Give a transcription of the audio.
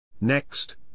Next